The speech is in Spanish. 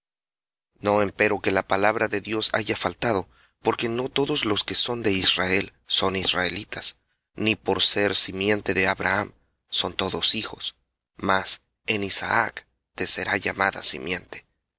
no empero que la palabra de dios haya faltado porque no todos los que son de israel son israelitas ni por ser simiente de abraham son todos hijos mas en isaac te será llamada simiente